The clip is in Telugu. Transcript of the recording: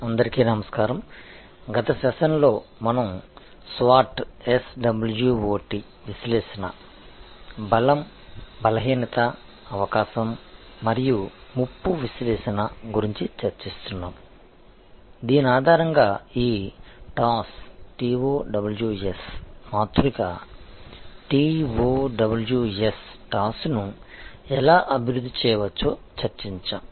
అందరికీ నమస్కారం గత సెషన్లో మనం SWOT విశ్లేషణ బలం బలహీనత అవకాశం మరియు ముప్పు విశ్లేషణ గురించి చర్చిస్తున్నాము దీని ఆధారంగా ఈ TOWS మాతృక T O W S ను ఎలా అభివృద్ధి చేయవచ్చో చర్చించాము